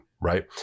right